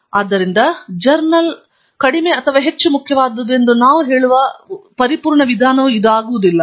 ಆದ್ದರಿಂದ ಜರ್ನಲ್ ಕಡಿಮೆ ಅಥವಾ ಹೆಚ್ಚು ಮುಖ್ಯವಾದುದೆಂದು ನಾವು ಹೇಳುವ ಒಂದು ಪರಿಪೂರ್ಣ ವಿಧಾನವಲ್ಲ